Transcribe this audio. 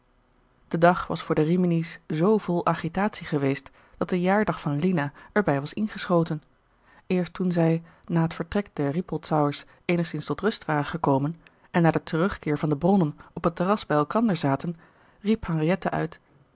de dag was voor de rimini's zoo vol agitatie geweest dat de jaardag van lina er bij was ingeschoten eerst toen zij na het vertrek der rippoldsauers eenigzins tot rust waren gekomen en na den terugkeer van de bronnen op het terras bij elkander zaten riep henriette uit